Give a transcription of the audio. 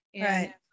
right